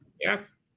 Yes